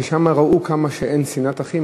כי שם ראו כמה אין שנאת אחים,